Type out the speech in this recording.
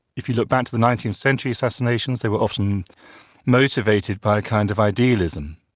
if you look back to the nineteenth century assassinations they were often motivated by a kind of idealism.